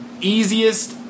easiest